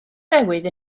newydd